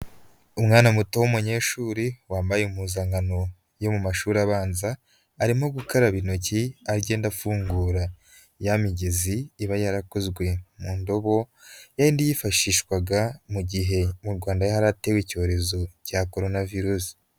Umwana muto w'umunyeshuri wambaye impuzankano yo mu mashuri abanza, arimo gukaraba intoki, agenda afungura ya migezi iba yarakozwe mu ndobo, yayindi yifashishwaga mu gihe mu Rwanda hari hatewe icyorezo cya korona virusi.